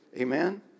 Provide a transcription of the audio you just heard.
Amen